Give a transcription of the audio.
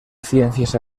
ciencias